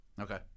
Okay